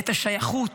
את השייכות,